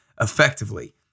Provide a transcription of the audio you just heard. Effectively